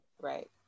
Right